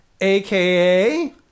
aka